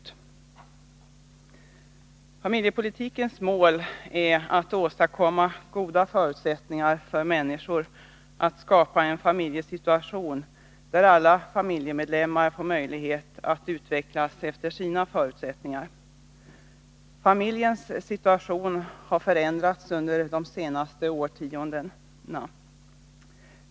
Familjepolitikens mål är att åstadkomma goda förutsättningar för människor att skapa en familjesituation där alla familjemedlemmar får möjlighet att utvecklas efter sina förutsättningar. Familjens situation har förändrats under de senaste årtiondena.